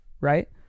right